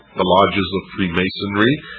the lodges of freemasonry,